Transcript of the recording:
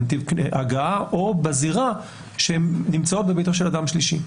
בנתיב הגעה או בזירה שנמצאות בביתו של אדם שלישי.